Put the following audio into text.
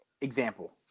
example